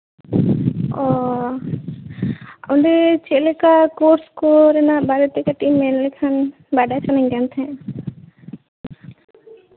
ᱚᱻ ᱚᱸᱰᱮ ᱪᱮᱫ ᱞᱮᱠᱟ ᱠᱳᱨᱥ ᱠᱚ ᱨᱮᱱᱟᱜ ᱵᱟᱨᱮᱛᱮ ᱠᱟᱹᱴᱤᱡ ᱮᱢ ᱢᱮᱱ ᱞᱮᱠᱷᱟᱱ ᱵᱟᱲᱟᱭ ᱥᱟᱱᱟᱧ ᱠᱟᱱ ᱛᱟᱦᱮᱜ